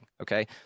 okay